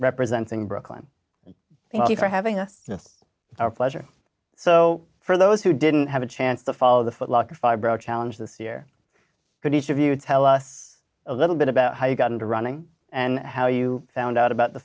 representing brooklyn thank you for having us just our pleasure so for those who didn't have a chance to follow the footlocker fibro challenge this year can each of you tell us a little bit about how you got into running and how you found out about the